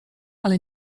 ale